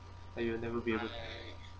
like you will never be able